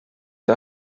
der